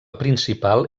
principal